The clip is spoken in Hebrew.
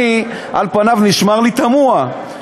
על פניו זה נשמע לי תמוה.